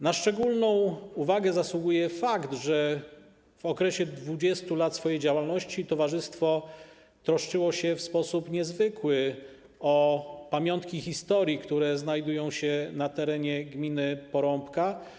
Na szczególną uwagę zasługuje fakt, że w okresie 20 lat swojej działalności towarzystwo troszczyło się w sposób niezwykły o pamiątki historii, które znajdują się na terenie gminy Porąbka.